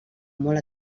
molt